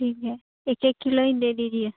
ٹھیک ہے ایک ایک کلو ہی دے دیجیے